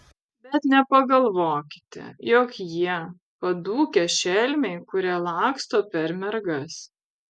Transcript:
bet nepagalvokite jog jie padūkę šelmiai kurie laksto per mergas